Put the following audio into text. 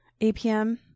APM